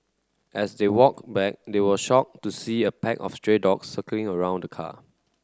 as they walked back they were shocked to see a pack of stray dogs circling around the car